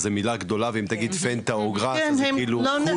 אז זה מילה גדולה ואם תגיד פנטה וגראס אז זה קול?